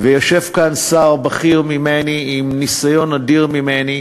ויושב כאן שר בכיר ממני עם ניסיון אדיר משלי,